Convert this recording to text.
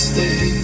Stay